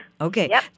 Okay